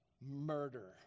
murder